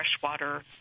freshwater